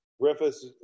Griffiths